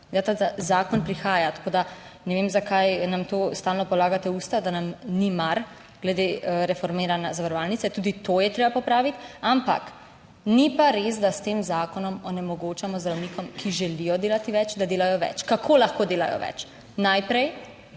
Ta zakon prihaja, tako da ne vem, zakaj nam to stalno polagate usta, da nam ni mar glede reformirane zavarovalnice. Tudi to je treba popraviti. Ampak ni pa res, da s tem zakonom onemogočamo zdravnikom, ki želijo delati več, da delajo več. Kako lahko delajo več? Najprej,